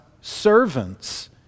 servants